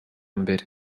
mbere